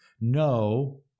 no